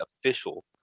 Official